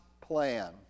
plan